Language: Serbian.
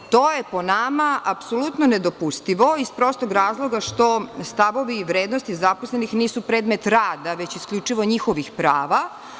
To je po nama, apsolutno nedopustivo, iz prostog razloga što stavovi i vrednosti zaposlenih nisu predmet rada, već isključivo njihovih prava.